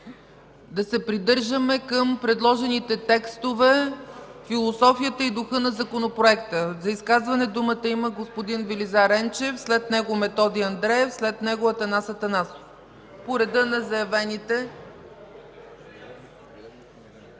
Да се придържаме към предложените текстове, философията и духа на законопроекта. За изказване думата има господин Велизар Енчев. След него – Методи Андреев, след него Атанас Атанасов – по реда на заявените...